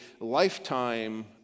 lifetime